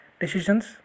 decisions